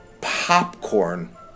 popcorn